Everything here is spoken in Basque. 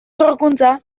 sorkuntza